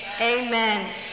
Amen